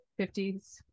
50s